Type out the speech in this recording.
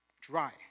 dry